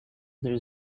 there